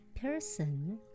person